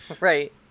right